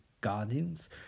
guardians